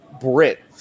brit